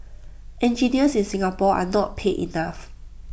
engineers in Singapore are not paid enough